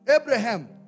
Abraham